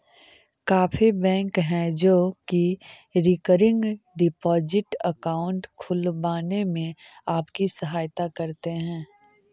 काफी बैंक हैं जो की रिकरिंग डिपॉजिट अकाउंट खुलवाने में आपकी सहायता करते हैं